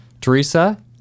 Teresa